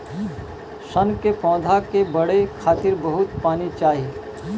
सन के पौधा के बढ़े खातिर बहुत पानी चाही